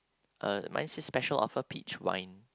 uh mine says special offer peach wine